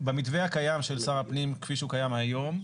במתווה הקיים של שר הפנים, כפי שהוא קיים היום,